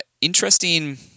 interesting